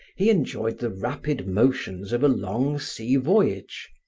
he enjoyed the rapid motions of a long sea voyage.